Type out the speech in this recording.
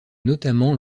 notamment